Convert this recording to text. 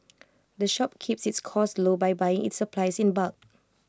the shop keeps its costs low by buying its supplies in bulk